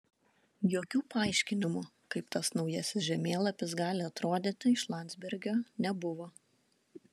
jokių paaiškinimų kaip tas naujasis žemėlapis gali atrodyti iš landsbergio nebuvo